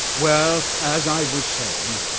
well, as i was saying,